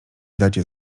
dacie